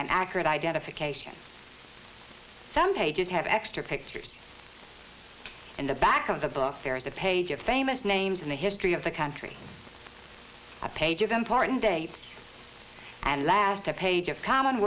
and accurate identification some pages have extra pictures in the back of the book there is a page of famous names in the history of the country a page of important dates and last a page of common